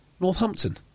Northampton